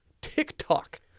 TikTok